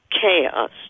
Chaos